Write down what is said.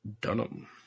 Dunham